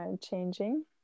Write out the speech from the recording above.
changing